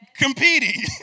Competing